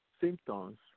symptoms